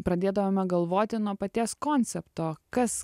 pradėdavome galvoti nuo paties koncepto kas